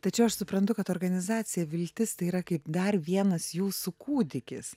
tai čia aš suprantu kad organizacija viltis tai yra kaip dar vienas jūsų kūdikis